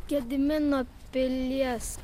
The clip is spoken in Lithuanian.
gedimino pilies